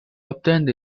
obtained